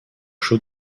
show